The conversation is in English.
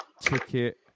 ticket